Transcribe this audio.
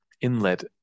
inlet